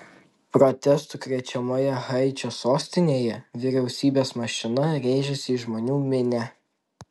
protestų krečiamoje haičio sostinėje vyriausybės mašina rėžėsi į žmonių minią